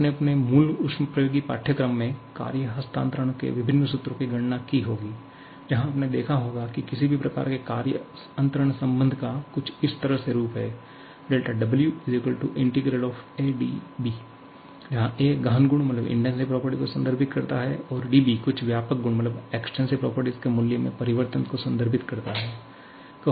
आपने अपने मूल ऊष्मप्रवैगिकी पाठ्यक्रम में कार्य हस्तांतरण के विभिन्न सूत्रों की गणना की होगी जहाँ आपने देखा होगा कि किसी भी प्रकार के कार्य अंतरण संबंध का कुछ इस तरह से रूप है δW ∫ a dB जहां a गहन गुण को संदर्भित करता है और dB कुछ व्यापक गुण के मूल्य में परिवर्तन को संदर्भित करता है